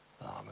Amen